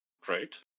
Great